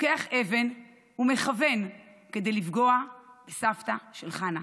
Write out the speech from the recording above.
לוקח אבן ומכוון כדי לפגוע בסבתא של חנה.